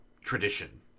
tradition